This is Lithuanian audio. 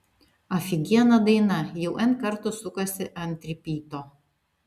afigiena daina jau n kartų sukasi ant ripyto